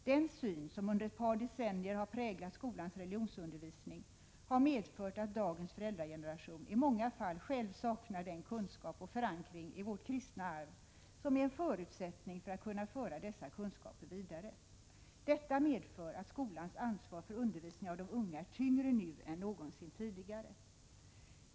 Den syn som under ett par decennier har präglat skolans religionsundervisning har medfört att dagens föräldrageneration i många fall själv saknar den kunskap och förankring i vårt kristna arv som är en förutsättning för att kunna föra dessa kunskaper vidare. Detta medför att skolans ansvar för undervisningen av de unga är tyngre nu än någonsin tidigare.